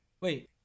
Wait